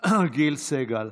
גיל סגל.